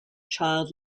child